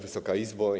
Wysoka Izbo!